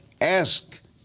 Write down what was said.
Ask